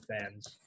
fans